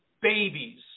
babies